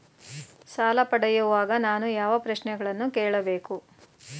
ಸಾಲ ಪಡೆಯುವಾಗ ನಾನು ಯಾವ ಪ್ರಶ್ನೆಗಳನ್ನು ಕೇಳಬೇಕು?